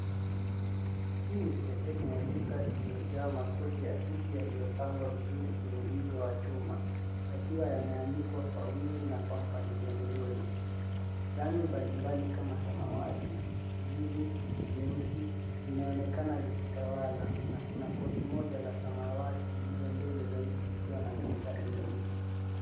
Hii ni sehemu ya duka iliyojaa makoti ya suti yaliyopangwa vizuri kwenye mwigo wa chuma yakiwa yameanikwa kwa wingi na kwa mpangilio mzuri. Rangi mbalimbali kama samawati, kijivu na nyeusi zinaonekana zikitawala na kuna koti moja la samawati lililo mbele zaidi likiwa na mistari myeupe.